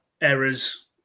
errors